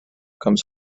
comes